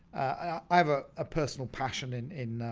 i have a ah personal passion in in